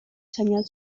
senyal